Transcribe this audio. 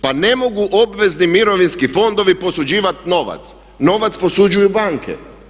Pa ne mogu obvezni mirovinski fondovi posuđivati novac, novac posuđuju banke.